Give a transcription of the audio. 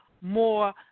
more